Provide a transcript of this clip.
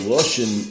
Russian